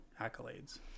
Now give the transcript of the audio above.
accolades